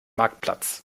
marktplatz